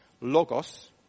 logos